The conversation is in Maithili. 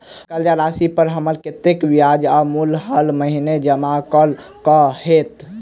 कर्जा राशि पर हमरा कत्तेक ब्याज आ मूल हर महीने जमा करऽ कऽ हेतै?